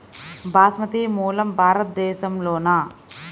బాస్మతి మూలం భారతదేశంలోనా?